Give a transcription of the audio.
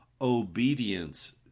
Obedience